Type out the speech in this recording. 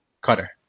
cutter